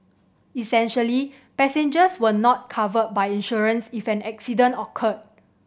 essentially passengers were not covered by insurance if an accident occurred